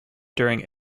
during